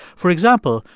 for example,